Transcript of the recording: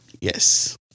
yes